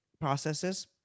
processes